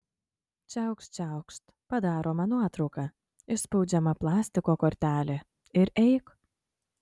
čiaukšt čiaukšt padaroma nuotrauka išspaudžiama plastiko kortelė ir eik